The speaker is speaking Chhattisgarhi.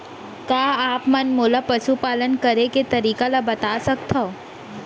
का आप मन मोला पशुपालन करे के तरीका ल बता सकथव?